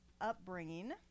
upbringing